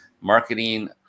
marketing